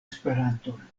esperanton